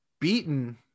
beaten